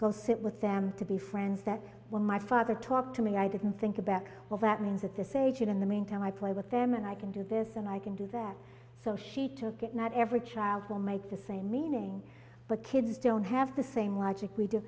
go sit with them to be friends that when my father talked to me i didn't think about what that means at this age and in the meantime i play with them and i can do this and i can do that so she took it not every child will make the same meaning but kids don't have the same logic we do